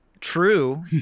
True